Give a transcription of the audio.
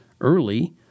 early